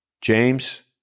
James